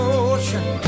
ocean